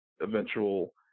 eventual